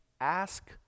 ask